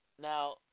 Now